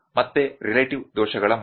ಆದ್ದರಿಂದ ರಿಲೇಟಿವ್ ದೋಷ ಏನು